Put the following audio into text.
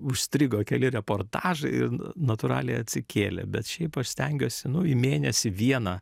užstrigo keli reportažai ir natūraliai atsikėlė bet šiaip aš stengiuosi nu į mėnesį vieną